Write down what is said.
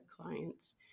clients